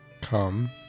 come